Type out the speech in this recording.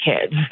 kids